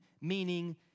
meaning